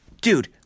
Dude